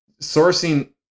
sourcing